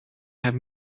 had